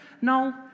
No